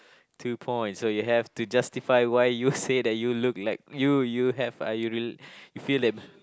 two points so you have to justify why you say that you look like you you have uh you will you feel that